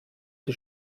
die